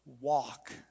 walk